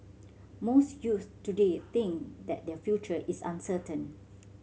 most youths today think that their future is uncertain